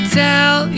tell